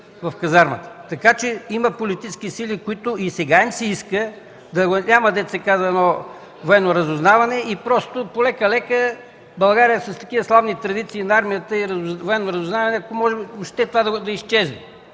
в казармата. Има политически сили, на които и сега им се иска да няма, дето се казва, военно разузнаване и просто полека-лека България, която е с такива славни традиции на армията и на военното разузнаване, ако може, това да изчезне.